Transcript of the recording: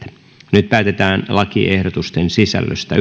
nyt päätetään lakiehdotusten sisällöstä